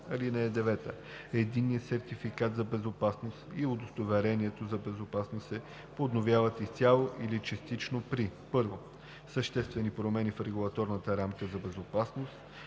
„(9) Единният сертификат за безопасност и удостоверението за безопасност се подновяват изцяло или частично при: 1. съществени промени в регулаторната рамка за безопасност;